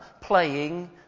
playing